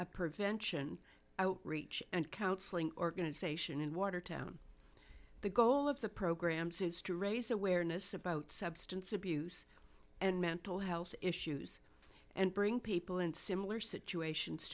a prevention outreach and counseling organization in watertown the goal of the programs is to raise awareness about substance abuse and mental health issues and bring people in similar situations